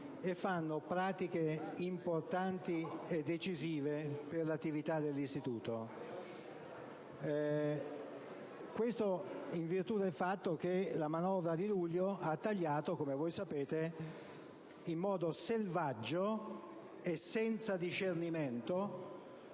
e svolgono pratiche importanti e decisive per le attività dell'istituto. Questo in virtù del fatto che la manovra di luglio ha tagliato, come è noto - in modo selvaggio e senza discernimento